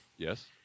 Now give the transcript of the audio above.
Yes